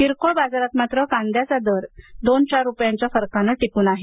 किरकोळ बाजारात मात्र कांद्याचा दर दोन चार रुपयांच्या फरकाने टिकून आहे